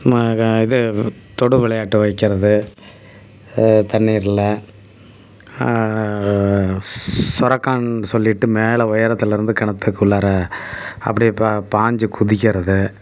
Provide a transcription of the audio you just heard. ம க இது தொடு விளையாட்டு வைக்கிறது தண்ணீரில் சுரக்கான் சொல்லிட்டு மேலே உயரத்துல இருந்து கிணத்துக்குள்ளார அப்படியே பா பாஞ்சுக் குதிக்கறது